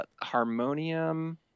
Harmonium